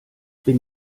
bin